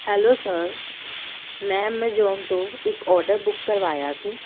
hello sir ਮੈਂ Amazon ਤੋਂ ਇੱਕ ਔਡਰ ਬੁੱਕ ਕਰਵਾਇਆ ਸੀ